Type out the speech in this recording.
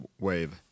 wave